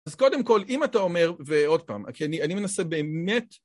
אז קודם כל, אם אתה אומר, ועוד פעם, אני מנסה באמת...